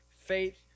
faith